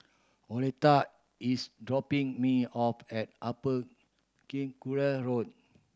Oleta is dropping me off at Upper Circular Road